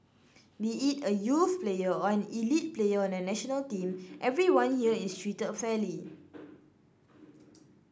be it a youth player or an elite player on the national team everyone here is treated fairly